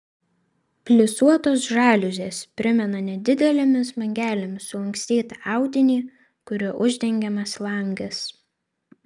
plisuotos žaliuzės primena nedidelėmis bangelėmis sulankstytą audinį kuriuo uždengiamas langas